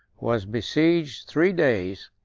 was besieged three days,